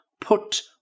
put